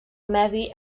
medi